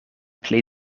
pli